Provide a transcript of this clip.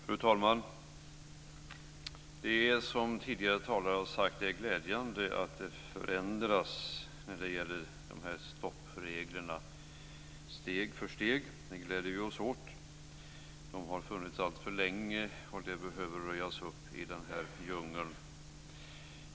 Fru talman! Det är, som tidigare talare har sagt, glädjande att stoppreglerna förändras steg för steg. Det gläder vi oss åt. De har funnits alltför länge, och det behöver röjas upp i den här djungeln.